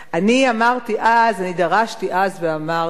אני אמרתי אז, אני דרשתי אז ואמרתי: